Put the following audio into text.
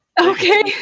Okay